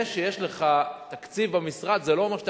שזה שיש לך תקציב במשרד לא אומר שאתה